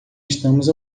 estamos